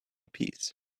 peace